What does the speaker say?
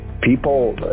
people